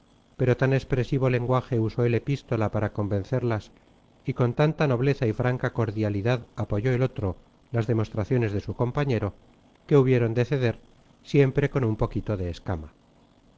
pero tan expresivo lenguaje usó el epístola para convencerlas y con tanta nobleza y franca cordialidad apoyó el otro las demostraciones de su compañero que hubieron de ceder siempre con un poquito de escama